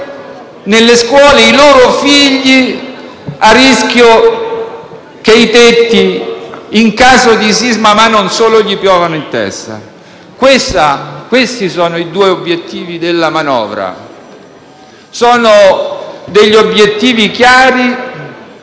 nelle scuole i propri figli con il rischio che i tetti, in caso di sisma (ma non solo), gli piovano in testa. Questi sono i due obiettivi della manovra. Sono obiettivi chiari,